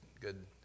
good